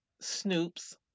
Snoop's